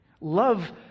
Love